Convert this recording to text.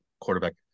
quarterback